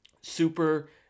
super